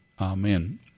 Amen